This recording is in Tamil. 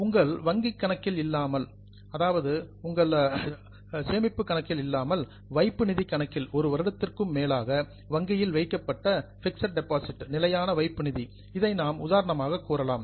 உங்கள் வங்கிக் கணக்கில் இல்லாமல் வைப்பு நிதி கணக்கில் ஒரு வருடத்திற்கும் மேலாக வங்கியில் வைக்கப்பட்ட பிக்ஸட் டெபாசிட் நிலையான வைப்பு நிதி இதை நாம் உதாரணமாக கூறலாம்